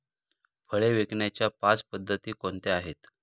फळे विकण्याच्या पाच पद्धती कोणत्या आहेत?